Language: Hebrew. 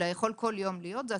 זה הציבור.